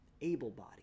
able-bodied